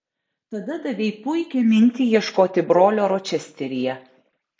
tada davei puikią mintį ieškoti brolio ročesteryje